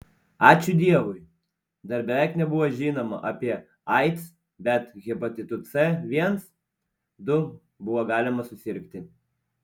ačiū dievui dar beveik nebuvo žinoma apie aids bet hepatitu c viens du buvo galima susirgti